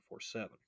24-7